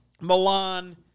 Milan